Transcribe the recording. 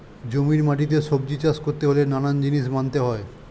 জমির মাটিতে সবজি চাষ করতে হলে নানান জিনিস মানতে হয়